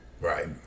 Right